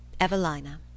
Evelina